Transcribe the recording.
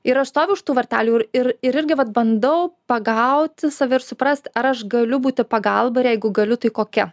ir aš stoviu už tų vartelių ir ir ir irgi vat bandau pagauti save ir suprasti ar aš galiu būti pagalba ir jeigu galiu tai kokia